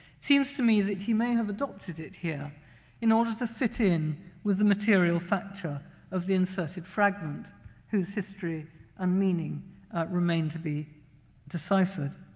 seems to me that he may have adopted it here in order to fit in with the material facture of the inserted fragment whose history and ah meaning remain to be deciphered.